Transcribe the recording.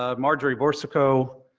ah marjorie borsiquot,